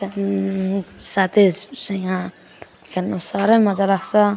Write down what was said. त्यहाँदेखिन् साथीहरूसँग खेल्नु साह्रै मजा लाग्छ